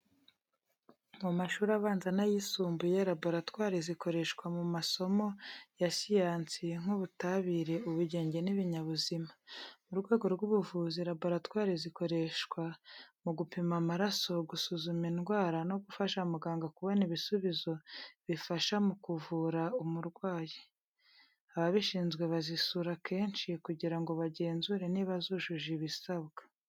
Mu mashuri abanza n'ayisumbuye, laboratwari zikoreshwa mu masomo ya siyansi nk'ubutabire, ubugenge, n'ibinyabuzima. Mu rwego rw'ubuvuzi, laboratwari zikoreshwa mu gupima amaraso, gusuzuma indwara, no gufasha muganga kubona ibisubizo bifasha mu kuvura umurwayi. Ababishizwe bazisura kenshi kugira ngo bagenzure niba zujuje ibisabwa.